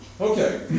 Okay